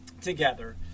together